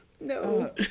No